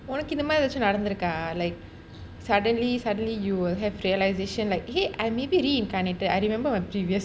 உனக்கு ஏதாச்சும் இந்த மாதிரி நடந்து இருக்கா:unakku etshaachum into maathiri nadanthu irukka like suddenly suddenly you will have realization like !hey! I maybe reincarnated I remember my previous